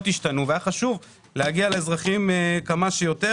ההנחיות השתנו והיה חשוב להגיע לאזרחים כמה שיותר,